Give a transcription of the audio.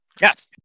Yes